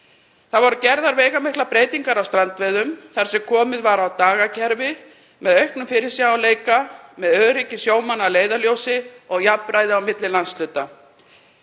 Það voru gerðar veigamiklar breytingar á strandveiðum þar sem komið var á dagakerfi með auknum fyrirsjáanleika með öryggi sjómanna að leiðarljósi og jafnræði á milli landshluta.